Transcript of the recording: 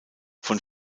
von